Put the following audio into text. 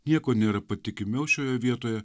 nieko nėra patikimiau šioje vietoje